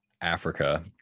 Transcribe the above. Africa